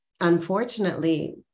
unfortunately